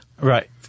Right